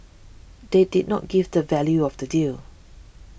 they did not give the value of the deal